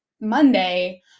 monday